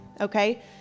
okay